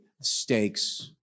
stakes